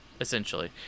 essentially